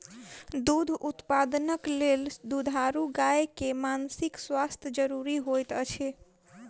दूध उत्पादनक लेल दुधारू गाय के मानसिक स्वास्थ्य ज़रूरी होइत अछि